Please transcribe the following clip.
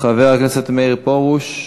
חבר הכנסת מאיר פרוש,